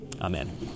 Amen